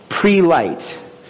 pre-light